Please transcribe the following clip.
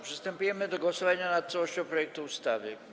Przystępujemy do głosowania nad całością projektu ustawy.